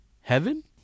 heaven